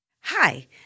Hi